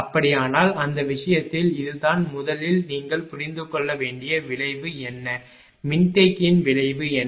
அப்படியானால் அந்த விஷயத்தில் இதுதான் முதலில் நீங்கள் புரிந்து கொள்ள வேண்டிய விளைவு என்ன மின்தேக்கியின் விளைவு என்ன